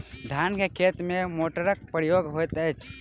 धान केँ खेती मे केँ मोटरक प्रयोग होइत अछि?